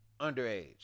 underage